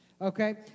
Okay